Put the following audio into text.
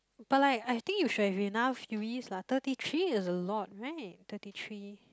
but like I think you should have enough U_Es lah thirty three is a lot right thirty three